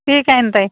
ठीक आहे नं ताई